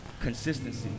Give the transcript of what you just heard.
consistency